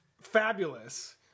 Fabulous